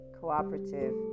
cooperative